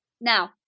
Now